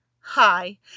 Hi